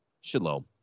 shalom